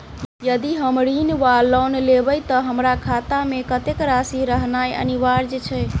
यदि हम ऋण वा लोन लेबै तऽ हमरा खाता मे कत्तेक राशि रहनैय अनिवार्य छैक?